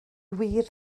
wir